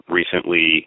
recently